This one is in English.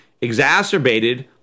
exacerbated